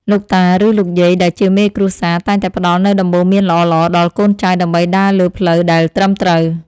លោកតា ឬលោកយាយដែលជាមេគ្រួសារតែងតែផ្តល់នូវដំបូន្មានល្អៗដល់កូនចៅដើម្បីដើរលើផ្លូវដែលត្រឹមត្រូវ។